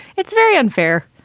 it's very unfair.